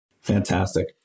fantastic